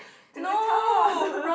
to the